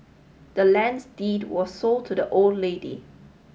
the land's deed was sold to the old lady